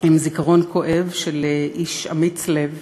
עם זיכרון כואב של איש אמיץ לב,